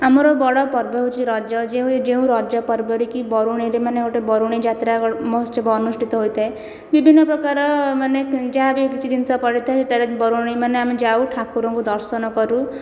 ଆମର ବଡ଼ ପର୍ବ ହେଉଛି ରଜ ଯେଉଁ ରଜ ପର୍ବରେ କି ବରୁଣେଇରେ ମାନେ ଗୋଟିଏ ବରୁଣେଇ ଯାତ୍ରା ମହୋତ୍ସବ ଅନୁଷ୍ଠିତ ହୋଇଥାଏ ବିଭିନ୍ନ ପ୍ରକାରର ମାନେ ଯାହାବି କିଛି ଜିନିଷ ପଡ଼ିଥାଏ ଯେତେବେଳେ ବରୁଣେଇ ମାନେ ଆମେ ଯାଉ ଠାକୁରଙ୍କୁ ଦର୍ଶନ କରୁ